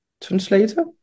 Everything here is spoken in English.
translator